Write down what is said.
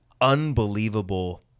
unbelievable